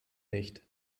nicht